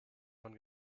von